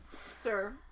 sir